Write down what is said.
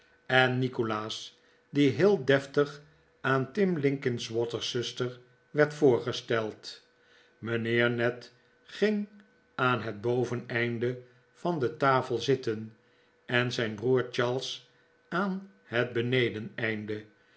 en nikolaas die heel deftig aan tim linkinwater's zuster werd voorgesteld mijnheer ned ging aan het boveneinde van de tafel zitten en zijn broer charles aan het benedeneinde